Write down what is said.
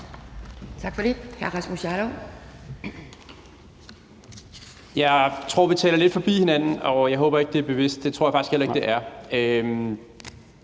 Jarlov. Kl. 10:12 Rasmus Jarlov (KF): Jeg tror, vi taler lidt forbi hinanden, og jeg håber ikke, det er bevidst. Det tror jeg faktisk heller ikke det er.